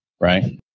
Right